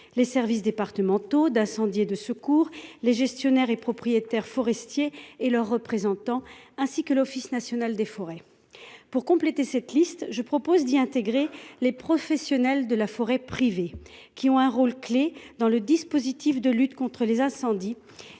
les services départementaux d'incendie et de secours. Les gestionnaires et propriétaires forestiers et leurs représentants ainsi que l'Office national des forêts. Pour compléter cette liste. Je propose d'y intégrer les professionnels de la forêt privée qui ont un rôle clé dans le dispositif de lutte contre les incendies